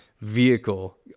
vehicle